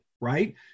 right